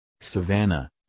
savannah